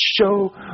show